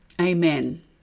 Amen